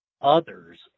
others